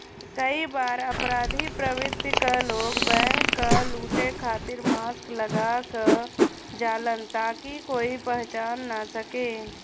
कई बार अपराधी प्रवृत्ति क लोग बैंक क लुटे खातिर मास्क लगा क जालन ताकि कोई पहचान न सके